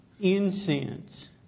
incense